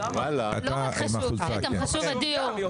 לא רק חשוב זה, גם חשוב הדיור.